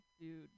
dude